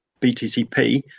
BTCP